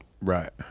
Right